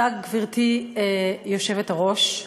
גברתי היושבת-ראש,